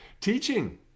teaching